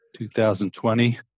2020